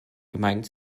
gemeint